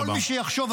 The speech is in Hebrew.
כל מי שיחשוב,